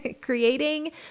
creating